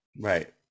right